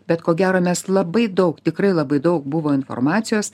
bet ko gero mes labai daug tikrai labai daug buvo informacijos